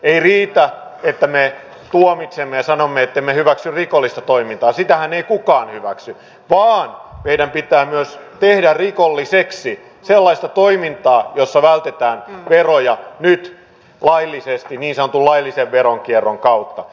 ei riitä että me tuomitsemme ja sanomme ettemme hyväksy rikollista toimintaa sitähän ei kukaan hyväksy vaan meidän pitää myös tehdä rikolliseksi sellaista toimintaa jossa vältetään veroja nyt laillisesti niin sanotun laillisen veronkierron kautta